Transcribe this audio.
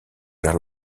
vers